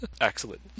excellent